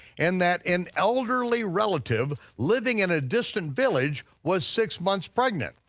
and that an elderly relative living in a distant village was six months pregnant.